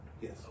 Yes